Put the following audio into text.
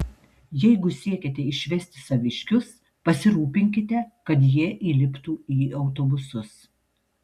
jeigu siekiate išvesti saviškius pasirūpinkite kad jie įliptų į autobusus